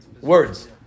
words